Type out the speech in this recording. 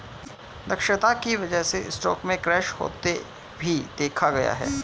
दक्षता की वजह से स्टॉक में क्रैश होते भी देखा गया है